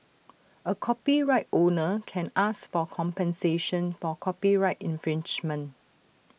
A copyright owner can ask for compensation for copyright infringement